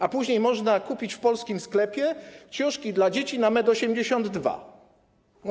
A później można kupić w polskim sklepie ciuszki dla dzieci na 182 cm.